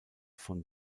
von